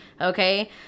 okay